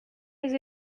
les